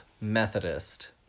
Methodist